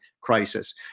crisis